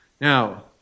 Now